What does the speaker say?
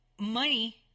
money